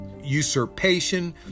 usurpation